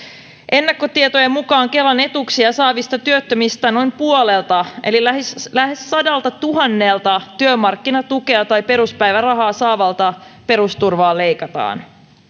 ennakkotietojen mukaan kelan etuuksia saavista työttömistä noin puolelta eli lähes sadaltatuhannelta työmarkkinatukea tai peruspäivärahaa saavalta perusturvaa leikataan